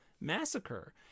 massacre